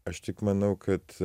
aš tik manau kad